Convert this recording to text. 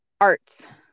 arts